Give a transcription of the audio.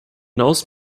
hinaus